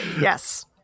yes